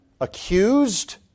accused